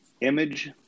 image